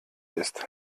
ist